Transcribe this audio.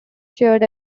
shared